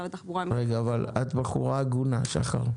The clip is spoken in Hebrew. את בחורה הגונה, שחר.